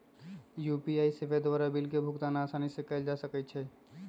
UPI सेवा द्वारा bill के भुगतान असानी से कएल जा सकइ छै